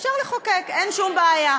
אפשר לחוקק, אין שום בעיה.